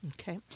okay